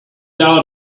out